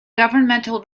governmental